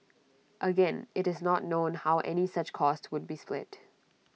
again IT is not known how any such cost would be split